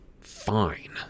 Fine